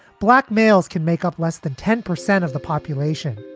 black males can make up less than ten percent of the population,